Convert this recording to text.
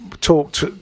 talked